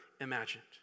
imagined